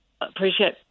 appreciate